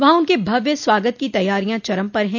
वहां उनके भव्य स्वागत की तैयारिया चरम पर हैं